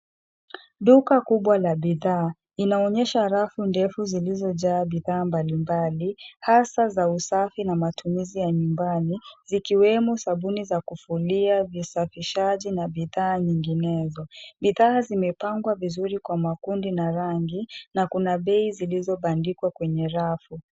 Duka kubwa la bidhaa, inaonyesha rafu ndefu zilizojaa bidhaa mbalimbali, hasaa za usafi na matumizi ya nyumbani, zikiwemo sabuni za kufulia, visafishaji na bidhaa nyinginezo. Bidhaa zimepangwa vizuri kwa makundi na rangi, na kuna bei zilizobandikwa kwenye rafu.